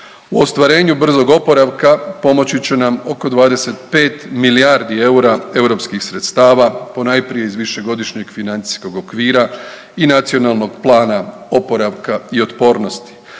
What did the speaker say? U ostvarenju brzog oporavka pomoći će nam oko 25 milijardi EUR-a europskih sredstava ponajprije iz višegodišnjeg financijskog okvira i Nacionalnog plana oporavka i otpornosti